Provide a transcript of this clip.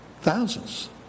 thousands